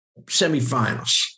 semifinals